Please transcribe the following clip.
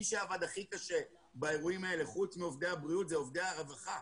מי שעבד הכי קשה באירועים האלה חוץ מעובדי הבריאות זה עובדי הרווחה,